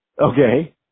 Okay